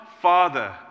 father